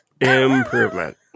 Improvement